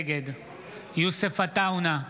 נגד יוסף עטאונה,